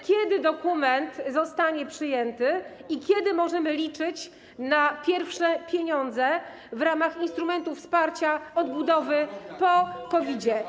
Kiedy dokument zostanie przyjęty i kiedy możemy liczyć na pierwsze pieniądze w ramach instrumentu wsparcia odbudowy po COVID?